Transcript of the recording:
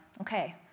Okay